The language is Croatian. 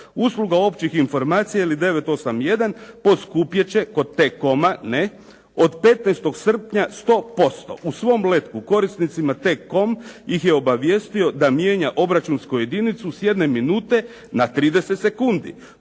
usluga općih informacija ili 981 poskupjet će kod T-com-a od 15. srpnja 100%. U svom letku korisnicima T-com ih je obavijestio da mijenja obračunsku jedinicu s jedne minute na 30 sekundi.